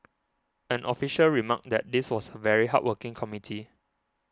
an official remarked that this was a very hardworking committee